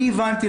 אני הבנתי,